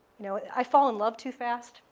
you know i fall in love too fast.